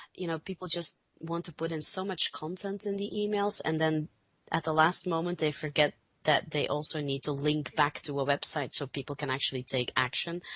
you know, people just want to put in so much content in the emails and then at the last moment they forget that they also need to link back to a website so people can actually take action.